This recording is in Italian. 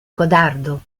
codardo